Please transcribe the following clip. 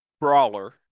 brawler